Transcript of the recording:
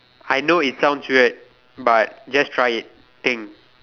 I know it sounds weird but just try it thing